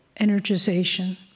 energization